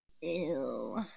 Ew